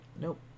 Nope